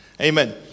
Amen